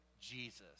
Jesus